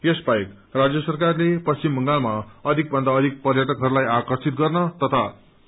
यसबाहेक राज्य सरकारले पश्चिम बंगालमा अधिक भन्दा अधिक पर्यटकहरूलाई आकर्षित गर्न तती